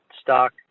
stock